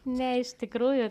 ne iš tikrųjų